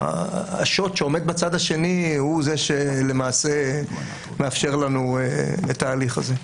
השוט שעומד בצד השני הוא זה שלמעשה מאפשר לנו את ההליך הזה.